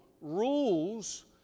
Rules